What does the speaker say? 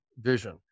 vision